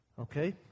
Okay